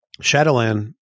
Shadowland